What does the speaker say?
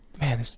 man